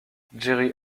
jerry